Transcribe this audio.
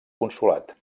consolat